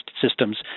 systems